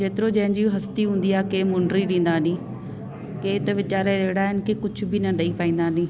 जेतिरो जंहिंजी हस्ती हूंदी आहे के मुंडरी ॾींदा नी के त वीचारा अहिड़ा आहिनि कि कुझु बि ॾई पाईंदा नी